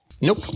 Nope